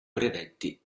brevetti